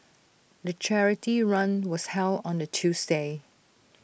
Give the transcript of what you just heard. the charity run was held on A Tuesday